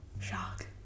Shock